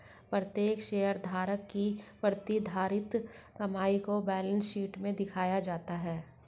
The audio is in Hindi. प्रत्येक शेयरधारक की प्रतिधारित कमाई को बैलेंस शीट में दिखाया जाता है